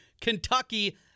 Kentucky